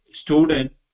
student